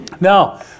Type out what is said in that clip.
Now